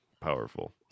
powerful